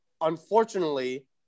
unfortunately